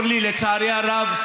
לצערי הרב,